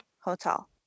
hotel